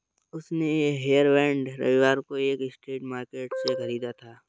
उसने ये हेयरबैंड रविवार को एक स्ट्रीट मार्केट से खरीदा था